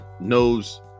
knows